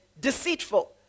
deceitful